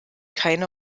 keine